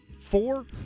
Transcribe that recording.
four